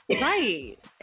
Right